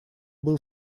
был